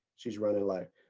she's running low.